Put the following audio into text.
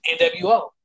NWO